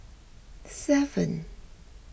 seven